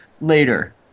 later